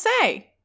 say